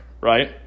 right